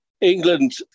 England